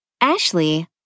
Ashley